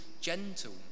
gentle